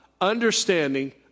understanding